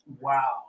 Wow